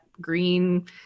green